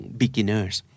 beginners